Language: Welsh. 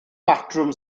batrwm